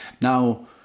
now